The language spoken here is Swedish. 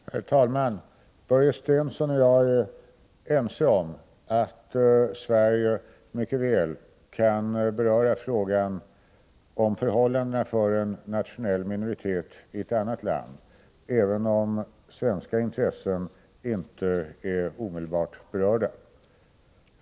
Herr talman! Börje Stensson och jag är ense om att Sverige mycket väl kan beröra frågan om förhållandena för en nationell minoritet i ett annat land även om svenska intressen inte är omedelbart berörda.